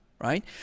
right